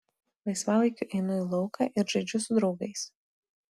laisvalaikiu einu į lauką ir žaidžiu su draugais